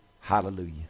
Hallelujah